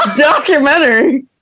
documentary